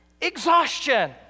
exhaustion